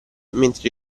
mentre